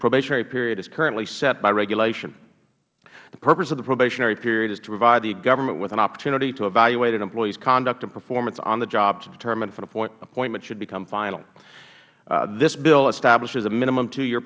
probationary period is currently set by regulation the purpose of the probationary period is to provide the government with an opportunity to evaluate an employees conduct and performance on the job to determine if an appointment should become final this bill establishes a minimum two y